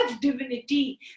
divinity